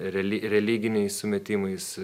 reali religiniais sumetimais